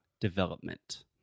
development